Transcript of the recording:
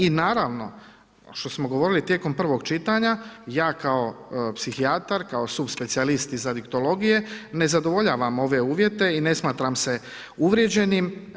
I naravno, što smo govorili tijekom prvog čitanja, ja kao psihijatar, kao su specijalist iz … ne zadovoljavam ove uvjete i ne smatram se uvrijeđenim.